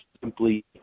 simply